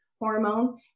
hormone